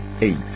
Eight